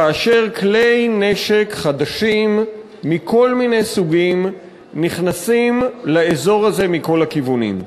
כאשר כלי נשק חדשים מכל מיני סוגים נכנסים לאזור הזה מכל הכיוונים.